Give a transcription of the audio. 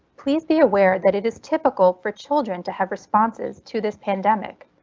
please be aware that it is typical for children to have responses to this pandemic.